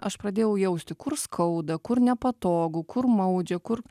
aš pradėjau jausti kur skauda kur nepatogu kur maudžia kur